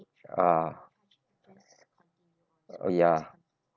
uh ya